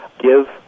Give